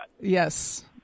Yes